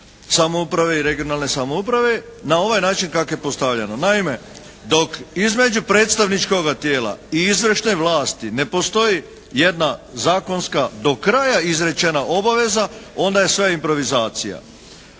samouprave i regionalne samouprave na ovaj način kak' je postavljeno. Naime dok između predstavničkoga tijela i izvršne vlasti ne postoji jedna zakonska do kraja izrečena obaveza onda je sve improvizacija.